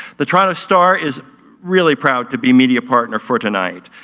the toronto star is really proud to be media partner for tonight